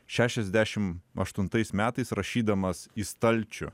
šešiasdešim aštuntais metais rašydamas į stalčių